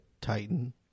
Titan